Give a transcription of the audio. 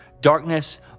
darkness